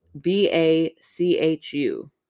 B-A-C-H-U